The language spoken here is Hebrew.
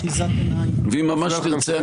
ואם ממש תרצה,